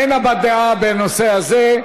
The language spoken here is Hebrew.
אין הבעת דעה בנושא הזה.